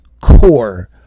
core